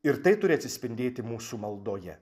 ir tai turi atsispindėti mūsų maldoje